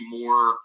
more